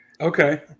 Okay